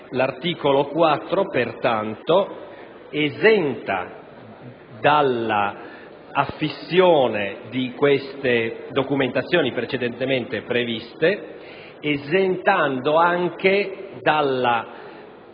L'articolo 4, pertanto, esenta dall'affissione di queste documentazioni precedentemente previste nonché anche